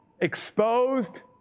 exposed